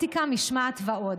אתיקה, משמעת ועוד.